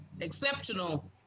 exceptional